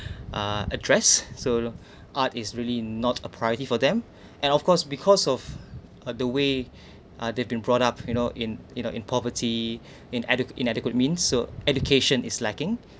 uh address so art is really not a priority for them and of course because of uh the way uh they've been brought up you know in in uh in poverty inadeq~ inadequate mean so education is lacking